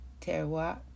terroir